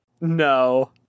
No